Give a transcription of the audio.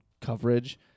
coverage